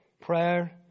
prayer